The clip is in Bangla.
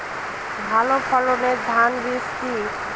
ভালো ফলনের ধান বীজ কি?